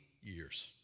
years